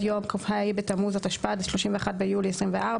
יום כ"ה בתמוז התשפ"ד (31 ביולי 2024),